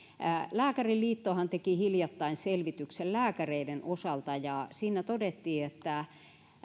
lääkäriliittohan teki hiljattain selvityksen lääkäreiden osalta ja siinä todettiin että